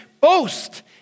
boast